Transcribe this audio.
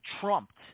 trumped